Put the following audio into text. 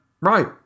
Right